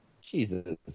Jesus